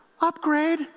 upgrade